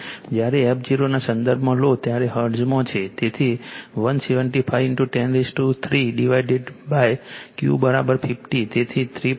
જ્યારે f0 ના સંદર્ભમાં લો ત્યારે તે હર્ટ્ઝમાં છે તેથી 175 103 ડિવાઇડેડQ 50 તેથી 3